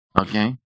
Okay